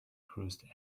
cruised